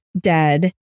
dead